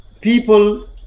people